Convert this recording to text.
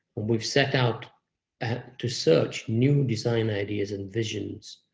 we've set out to search new design ideas and visions,